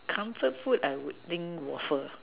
comfort food I would think waffle